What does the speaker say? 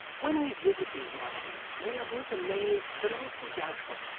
when we visit these monuments, we are both amazed but also doubtful,